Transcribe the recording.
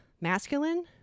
masculine